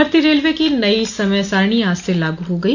भारतीय रेलवे की नई समय सारिणी आज से लागू हो गयी